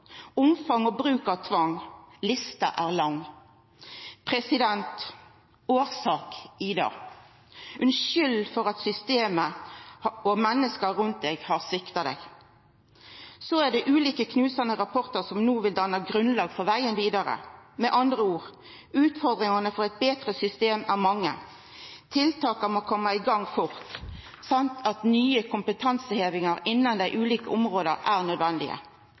omfang og bruk av tvang. Lista er lang. Orsak, «Ida»! Unnskyld for at systemet og menneska rundt deg har svikta deg. Så er det ulike knusande rapportar som no vil danna grunnlag for vegen vidare. Med andre ord: Utfordringane for eit betre system er mange. Tiltaka må koma i gang fort, i tillegg til at kompetanseheving innan dei ulike områda